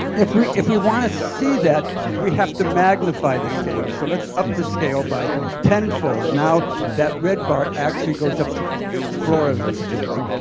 if we if we want to see that we have to magnify the scale, so let's up the scale by tenfold. now that red bar actually goes up to the fifth floor of this building.